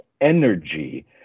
energy